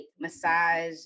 massage